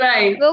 Right